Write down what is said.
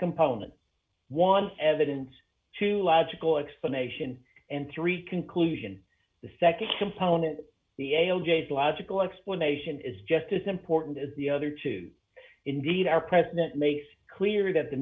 components once evidence to logical explanation and three conclusion the nd component the ale jase logical explanation is just as important as the other two indeed our president makes clear that the